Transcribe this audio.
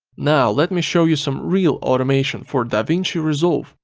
now let me show you some real automation for davinci resolve,